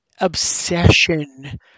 obsession